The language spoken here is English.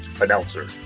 Announcer